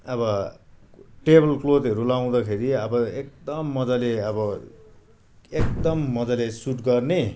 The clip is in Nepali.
अब टेबल क्लथहरू लगाउँदाखेरि अब एकदम मजाले अब एकदम मजाले सुट गर्ने